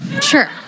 sure